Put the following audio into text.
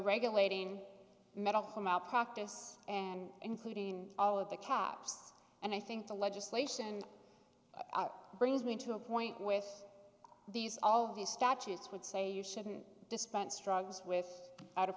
regulating medical malpractise and including all of the caps and i think the legislation brings me to a point with these all these statutes would say you shouldn't dispense drugs with out